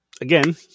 again